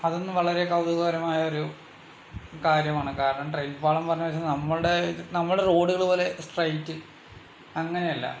അതൊന്ന് വളരെ കൗതുകകരമായ ഒരു കാര്യമാണ് കാരണം ട്രെയിൻ പാളം പറഞ്ഞാച്ചാൽ നമ്മുടെ നമ്മുടെ റോഡുകൾ പോലെ സ്ട്രൈറ്റ് അങ്ങനെ അല്ല